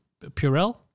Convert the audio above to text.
Purell